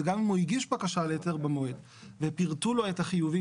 שגם אם הוא הגיש בקשה להיתר במועד ופירטו לו את החיובים